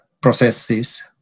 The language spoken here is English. processes